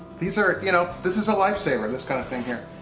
these are, you know, this is a lifesaver, this kind of thing here.